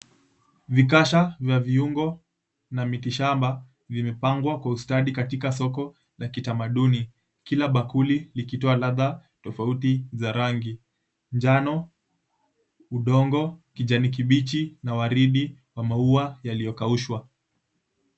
Vikasha vya viungo na miti shamba, vimepangwa kwa ustadi katika soko la kitamaduni. Kila bakuli likitoa ladha tofauti za rangi: njano, udongo, kijani kibichi na waridi wa maua yaliyokaushwa.